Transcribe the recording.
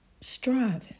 striving